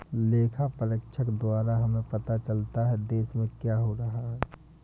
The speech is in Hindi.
लेखा परीक्षक द्वारा हमें पता चलता हैं, देश में क्या हो रहा हैं?